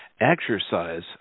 exercise